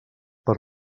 per